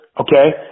okay